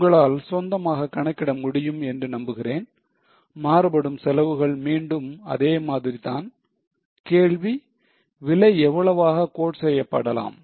உங்களால் சொந்தமாக கணக்கிட முடியும் என்று நம்புகிறேன் மாறுபடும் செலவுகள் மீண்டும் அதே மாதிரிதான் கேள்வி விலை எவ்வளவாக quote செய்யப்படலாம்